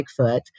Bigfoot